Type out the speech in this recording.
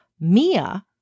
Mia